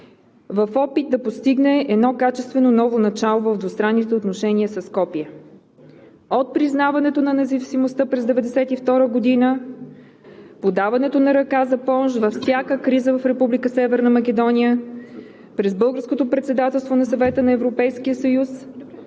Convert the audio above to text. в опит да постигне едно качествено ново начало в двустранните отношение със Скопие – от признаването на независимостта през 1992 г., подаването на ръка за помощ във всяка криза в Република Северна Македония, през Българското председателство на Съвета на